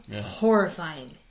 horrifying